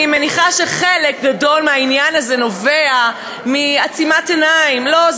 אני מניחה שחלק גדול מהעניין הזה נובע מעצימת עיניים: לא,